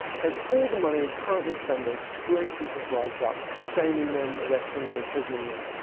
take all the money and currently spent on screwing people's lives up, shaming them, arresting them, imprisoning them,